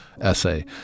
essay